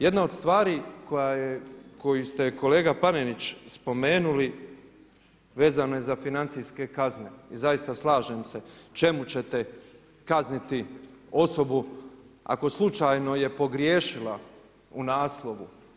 Jedna od stvari koju ste, kolega Peninić spomenuli, vezana je za financijske kazne i zaista slažem se, čemu ćete kazniti osobu ako slučajno je pogriješila u naslovu.